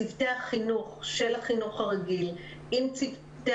צוותי החינוך של החינוך הרגיל עם צוותי